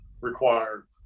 required